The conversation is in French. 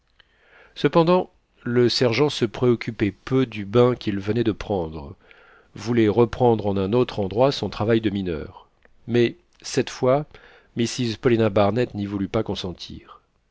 cependant le sergent long se préoccupant peu du bain qu'il venait de prendre voulait reprendre en un autre endroit son travail de mineur mais cette fois mrs paulina barnett n'y voulut pas consentir